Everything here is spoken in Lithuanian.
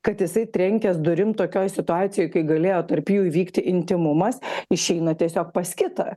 kad jisai trenkęs durim tokioj situacijoj kai galėjo tarp jų įvykti intymumas išeina tiesiog pas kitą